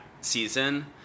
season